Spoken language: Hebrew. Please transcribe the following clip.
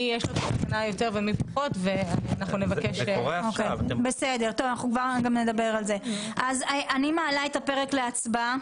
אז אני מעלה את הפרק להצבעה.